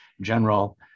general